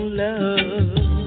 love